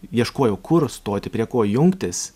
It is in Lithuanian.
ieškojau kur stoti prie ko jungtis